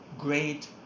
Great